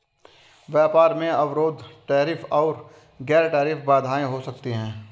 व्यापार में अवरोध टैरिफ और गैर टैरिफ बाधाएं हो सकती हैं